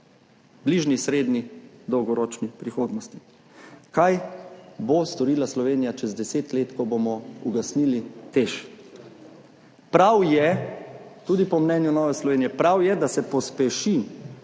bližnji, srednji, dolgoročni prihodnosti. Kaj bo storila Slovenija čez 10 let, ko bomo ugasnili TEŠ? Prav je, tudi po mnenju Nove Slovenije, prav je, da se pospeši